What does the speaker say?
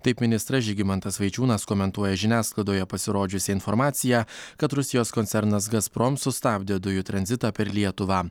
taip ministras žygimantas vaičiūnas komentuoja žiniasklaidoje pasirodžiusią informaciją kad rusijos koncernas gazprom sustabdė dujų tranzitą per lietuvą